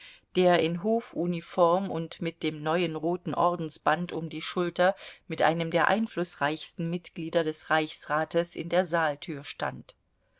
der in hofuniform und mit dem neuen roten ordensband um die schulter mit einem der einflußreichsten mitglieder des reichsrates in der saaltür stand